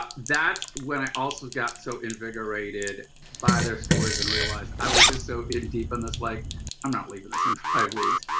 ah that's when i also got so invigorated by their stories and realized i was just so in deep in this and like i'm not leaving this in five weeks.